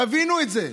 תבינו את זה.